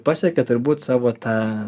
pasiekia turbūt savo tą